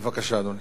בבקשה, אדוני.